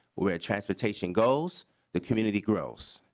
we are transportation goes the community grows.